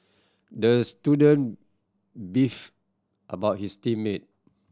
the student beefed about his team mate